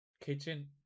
Kitchen